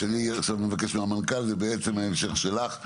דברי המנכ"ל הם בעצם המשך שלך,